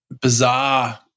bizarre